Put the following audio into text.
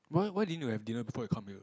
why why din you have dinner before you come here